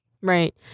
Right